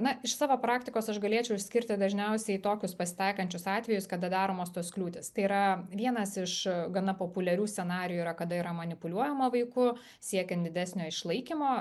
na iš savo praktikos aš galėčiau išskirti dažniausiai tokius pasitaikančius atvejus kada daromos tos kliūtys tai yra vienas iš gana populiarių scenarijų yra kada yra manipuliuojama vaiku siekiant didesnio išlaikymo